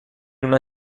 una